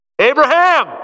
Abraham